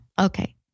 Okay